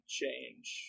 change